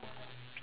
yup